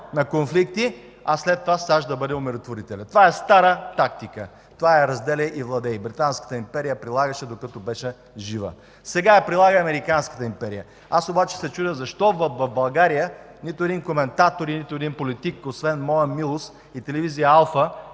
на конфликти, а след това САЩ да бъде умиротворителят. Това е стара тактика. Това е „разделяй и владей“ – Британската империя я прилагаше докато беше жива. Сега я прилага американската империя. Аз обаче се чудя защо в България нито един коментатор, нито един политик, освен моя милост и телевизия „Алфа”,